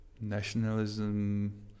nationalism